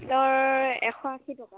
আপেলৰ এশ আশী টকা